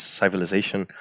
civilization